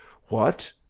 what!